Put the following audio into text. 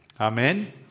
Amen